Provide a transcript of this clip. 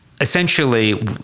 Essentially